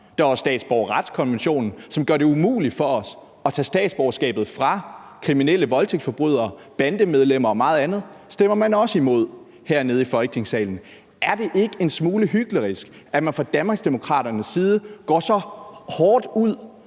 Der er også statsborgerretskonventionen, som gør det umuligt for os at tage statsborgerskabet fra kriminelle voldtægtsforbrydere, bandemedlemmer og meget andet. Der stemmer man også imod hernede i Folketingssalen. Er det ikke en smule hyklerisk, at man fra Danmarksdemokraternes side går så hårdt ud